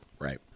Right